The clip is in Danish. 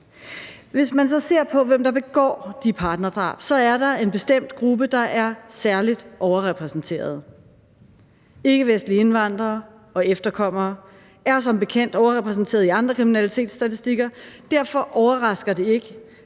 Hvis man så ser på, hvem der begår de partnerdrab, er der en bestemt gruppe, der er særlig overrepræsenteret. Ikkevestlige indvandrere og efterkommere er som bekendt overrepræsenteret i andre kriminalitetsstatistikker, og derfor overrasker det ikke,